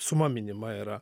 suma minima yra